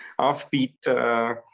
offbeat